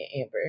Amber